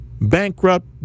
bankrupt